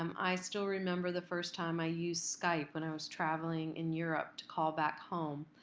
um i still remember the first time i used skype when i was traveling in europe to call back home.